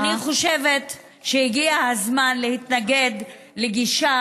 אני חושבת שהגיע הזמן להתנגד לגישה